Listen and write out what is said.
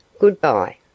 Goodbye